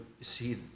see